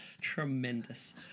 Tremendous